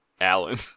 Alan